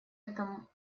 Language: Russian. этому